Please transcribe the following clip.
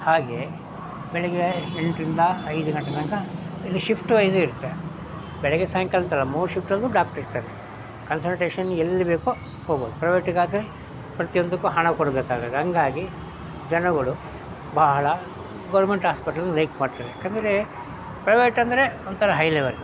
ಹಾಗೆ ಬೆಳಗ್ಗೆ ಎಂಟ್ರಿಂದ ಐದು ಗಂಟೆ ತನಕ ಇಲ್ಲಿ ಶಿಫ್ಟ್ ವೈಸು ಇರುತ್ತೆ ಬೆಳಗ್ಗೆ ಸಾಯಂಕಾಲದ ಥರ ಮೂರು ಶಿಫ್ಟಲ್ಲೂ ಡಾಕ್ಟ್ರ್ ಇರ್ತಾರೆ ಕನ್ಸಲ್ಟೇಷನ್ ಎಲ್ಲಿ ಬೇಕೋ ಹೋಗ್ಬೋದು ಪ್ರೈವೇಟಿಗಾದರೆ ಪ್ರತಿಯೊಂದಕ್ಕೂ ಹಣ ಕೊಡ್ಬೇಕಾಗುತ್ತೆ ಹಂಗಾಗಿ ಜನಗಳು ಬಹಳ ಗೋರ್ಮೆಂಟ್ ಆಸ್ಪೆಟಲ್ ಲೈಕ್ ಮಾಡ್ತಾರೆ ಯಾಕೆಂದ್ರೆ ಪ್ರೈವೇಟ್ ಅಂದರೆ ಒಂಥರ ಹೈ ಲೆವೆಲ್